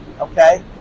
Okay